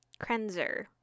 Krenzer